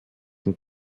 den